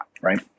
right